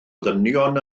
ddynion